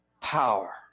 Power